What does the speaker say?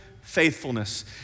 faithfulness